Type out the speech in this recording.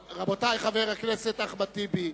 רבותי, חבר הכנסת אחמד טיבי,